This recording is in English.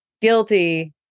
guilty